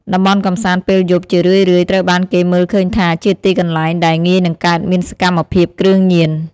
តំបន់កម្សាន្តពេលយប់ ជារឿយៗ ត្រូវបានគេមើលឃើញថា ជាទីកន្លែងដែល ងាយនឹងកើតមានសកម្មភាពគ្រឿងញៀន។